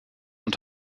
und